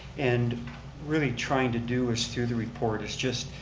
and really trying to do is through the report is just